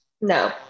No